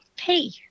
hey